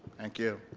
thank you.